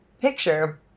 picture